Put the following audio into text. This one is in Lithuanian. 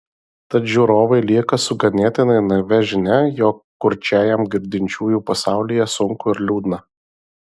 tad žiūrovai lieka su ganėtinai naivia žinia jog kurčiajam girdinčiųjų pasaulyje sunku ir liūdna